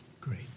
Great